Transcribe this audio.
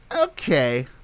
Okay